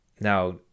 now